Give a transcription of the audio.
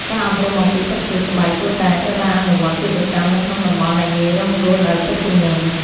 ការអប់រំអំពីសុខភាពស្បែកគួរតែត្រូវបានអនុវត្តជាប្រចាំនៅក្នុងតំបន់ដែលងាយរងគ្រោះដោយទឹកជំនន់។